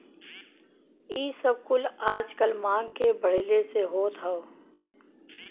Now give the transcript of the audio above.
इ सब कुल आजकल मांग के बढ़ले से होत हौ